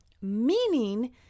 Meaning